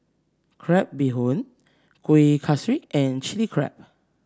Crab Bee Hoon Kueh Kaswi and Chili Crab